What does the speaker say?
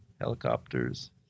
helicopters